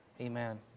Amen